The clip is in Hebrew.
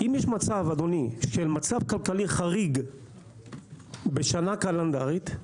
אם יש מצב כלכלי חריג בשנה קלנדרית,